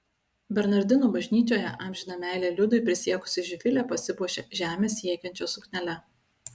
bernardinų bažnyčioje amžiną meilę liudui prisiekusi živilė pasipuošė žemę siekiančia suknele